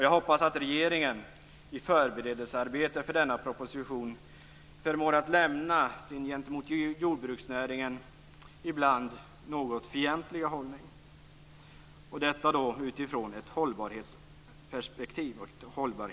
Jag hoppas att regeringen i förberedelsearbetet inför denna proposition förmår att lämna sin gentemot jordbruksnäringen ibland något fientliga hållning - detta sagt utifrån ett hållbarhetsperspektiv.